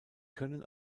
können